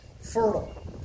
fertile